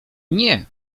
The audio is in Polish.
nie